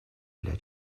для